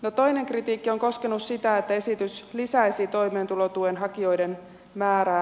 toinen kritiikki on koskenut sitä että esitys lisäisi toimeentulotuen hakijoiden määrää